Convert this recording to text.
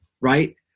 right